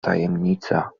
tajemnica